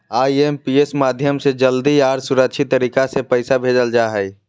IMPS माध्यम से जल्दी आर सुरक्षित तरीका से पैसा भेजल जा हय